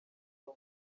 tom